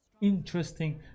interesting